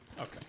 Okay